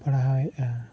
ᱯᱟᱲᱦᱟᱣ ᱮᱫᱼᱟ